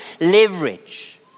leverage